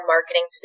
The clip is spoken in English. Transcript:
marketing